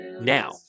Now